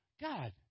God